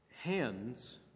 Hands